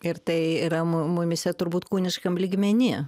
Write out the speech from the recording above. ir tai yra mumyse turbūt kūniškam lygmeny